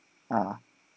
uh